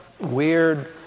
weird